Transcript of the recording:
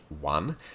one